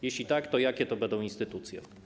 Jeśli tak, to jakie to będą instytucje?